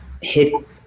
hit